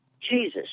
Jesus